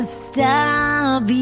stop